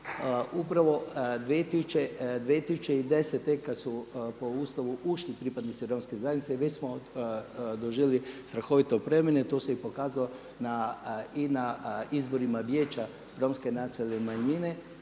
Upravo 2010. kad su po Ustavu ušli pripadnici romske zajednice već smo doživjeli strahovite promjene, to se pokazalo i na izborima Vijeća romske nacionalne manjine